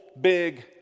big